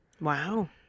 Wow